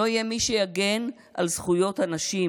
לא יהיה מי שיגן על זכויות הנשים,